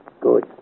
Good